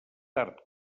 tard